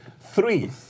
Three